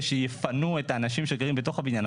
שיפנו את האנשים שגרים בתוך הבניין.